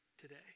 today